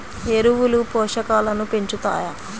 ఎరువులు పోషకాలను పెంచుతాయా?